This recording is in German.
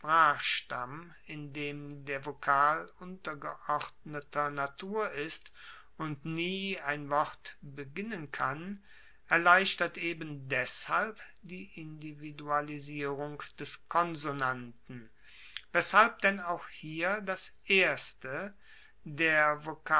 sprachstamm in dem der vokal untergeordneter natur ist und nie ein wort beginnen kann erleichtert eben deshalb die individualisierung des konsonanten weshalb denn auch hier das erste der